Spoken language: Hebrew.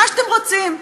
מה שאתם רוצים.